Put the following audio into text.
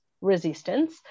resistance